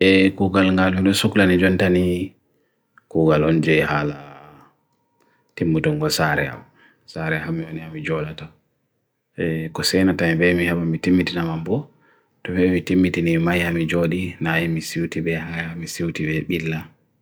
E kookal ngaad hudu suqlani jontani kookal onjhe hala tim utongu saare ham yone ham yawlato. E kosey na tayen veh miha bha mi tim miti na mambo. Tu veh mi tim miti ni mai ham yawdi nae misi uti beha ham misi uti beha billa.